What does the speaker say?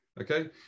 Okay